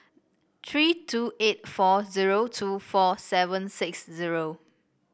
three two eight four zero two four seven six zero